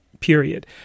period